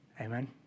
Amen